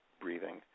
breathing